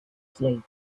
slave